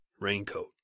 raincoat